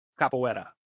Capoeira